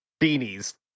beanies